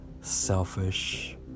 selfish